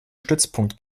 stützpunkt